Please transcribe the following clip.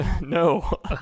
no